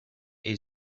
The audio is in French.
est